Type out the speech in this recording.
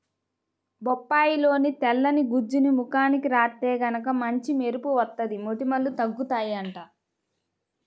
బొప్పాయిలోని తెల్లని గుజ్జుని ముఖానికి రాత్తే గనక మంచి మెరుపు వత్తది, మొటిమలూ తగ్గుతయ్యంట